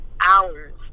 hours